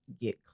get